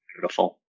Beautiful